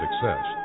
Success